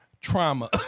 trauma